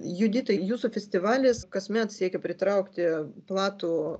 judita jūsų festivalis kasmet siekia pritraukti platų